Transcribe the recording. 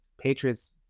Patriots